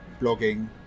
blogging